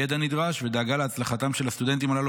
ידע נדרש ודאגה להצלחתם של הסטודנטים הללו